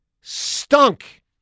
stunk